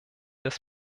des